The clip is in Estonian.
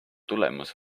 tulemus